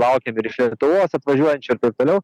laukiam ir iš lietuvos atvažiuojant čia ir taip toliau